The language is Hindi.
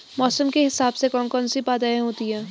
मौसम के हिसाब से कौन कौन सी बाधाएं होती हैं?